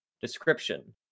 Description